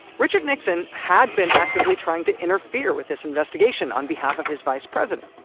richard nixon had been actively trying to interfere with this investigation on behalf of his vice president,